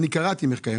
אני רק קראתי מחקרים.